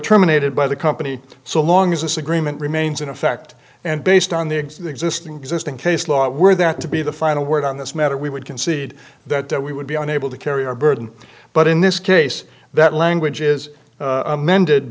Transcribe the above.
terminated by the company so long as this agreement remains in effect and based on the existing existing case law were that to be the final word on this matter we would concede that we would be unable to carry our burden but in this case that language is amended